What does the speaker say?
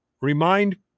remind